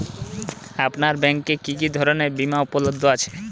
আপনার ব্যাঙ্ক এ কি কি ধরনের বিমা উপলব্ধ আছে?